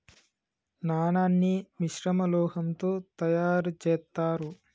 నాణాన్ని మిశ్రమ లోహంతో తయారు చేత్తారు